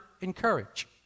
encourage